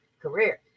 career